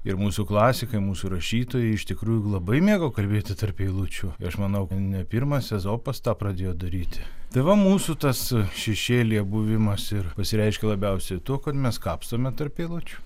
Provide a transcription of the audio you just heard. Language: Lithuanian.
ir mūsų klasikai mūsų rašytojai iš tikrųjų labai mėgo kalbėti tarp eilučių tai aš manau kad ne pirmas ezopas tą pradėjo daryti dabar mūsų tas šešėlyje buvimas ir pasireiškia labiausiai tuo kad mes kapstome tarp eilučių